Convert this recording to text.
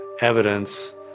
evidence